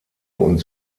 und